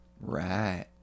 Right